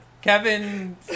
Kevin